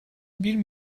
bir